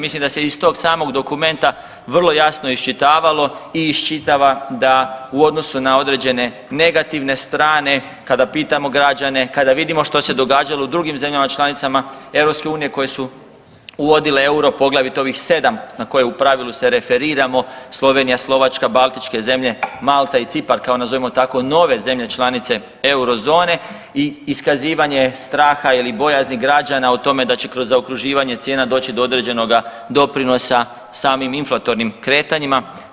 Mislim da se iz tog samog dokumenta vrlo jasno iščitavalo i iščitava da u odnosu na određene negativne strane kada pitamo građane, kada vidimo što se događalo u drugim zemljama članicama EU koje su uvodile euro poglavito ovih 7 na koje u pravilu se referiramo Slovenija, Slovačka, Baltičke zemlje, Malta i Cipar kao nazovimo nove zemlje članice euro zone i iskazivanje straha ili bojazni građana o tome da će kroz zaokruživanje cijena doći do određenoga doprinosa samim inflatornim kretanjima.